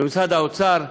למשרד האוצר,